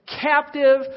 captive